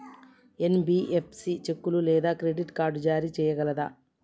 NBFC చెక్కులు లేదా credit card జారీ చేయగలదా?